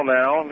now